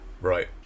Right